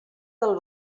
del